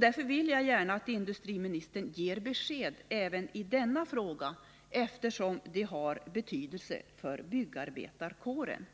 Jag vill gärna att industriministern ger besked även i denna fråga, eftersom det har betydelse för byggarbetarkåren.